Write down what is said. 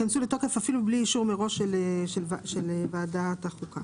לתוקף במועד מוקדם יותר